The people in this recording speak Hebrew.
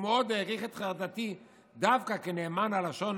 הוא מאוד העריך את חרדתי דווקא כנאמן הלשון